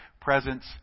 presence